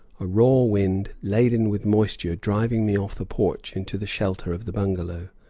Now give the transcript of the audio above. a raw wind laden with moisture driving me off the porch into the shelter of the bungalow.